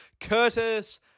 Curtis